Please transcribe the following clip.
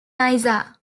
nysa